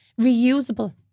reusable